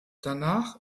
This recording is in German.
danach